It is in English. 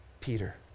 Peter